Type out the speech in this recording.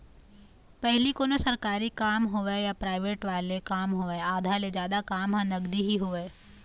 पहिली कोनों सरकारी काम होवय या पराइवेंट वाले काम होवय आधा ले जादा काम ह नगदी ही होवय